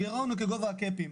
הגירעון הוא כגובה הקאפים,